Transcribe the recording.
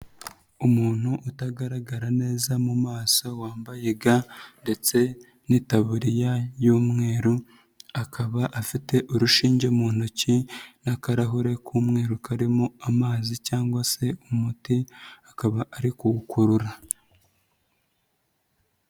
Umuntu utagaragara neza mu maso wambaye ga ndetse n'itaburiya y'umweru akaba afite urushinge mu ntoki n'akarahure k'umweru karimo amazi cyangwa se umuti akaba ari kuwukurura.